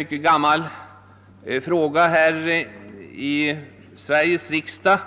ett gammalt spörsmål i Sveriges riksdag.